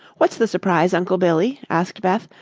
what's the surprise, uncle billy? asked beth.